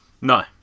No